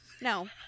No